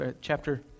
chapter